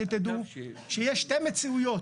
שתדעו שיש שתי מציאויות.